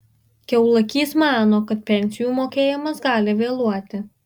kiaulakys mano kad pensijų mokėjimas gali vėluoti